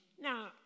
Now